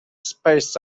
spaced